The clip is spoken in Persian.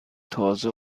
تازه